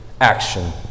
action